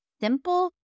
simple